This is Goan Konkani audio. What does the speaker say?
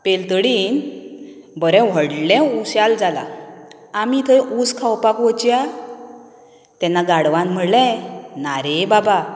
पलतडीन बरें व्हडलें उशेंल जालां आमी थंय उस खावपाक वचया तेन्ना गाडवान म्हणलें ना रे बाबा